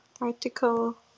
article